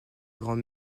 grand